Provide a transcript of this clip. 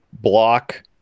block